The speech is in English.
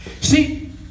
See